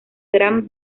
gran